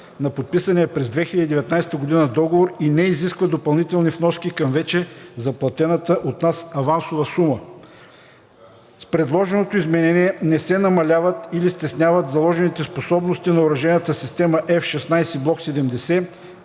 на подписания през 2019 г. договор и не изисква допълнителни вноски към вече заплатената от нас авансова сума. С предложеното изменение не се намаляват или стесняват заложените способности на оръжейната система F-16 Block 70,